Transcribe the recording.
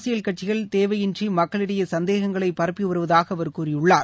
அரசியல் கட்சிகள் தேவையின்றி மக்களிடையே சந்தேகங்களை பரப்பி வருவதாக அவர் கூறியுள்ளார்